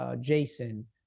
Jason